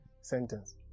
sentence